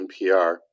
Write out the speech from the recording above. NPR